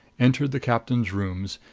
entered the captain's rooms,